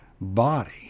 body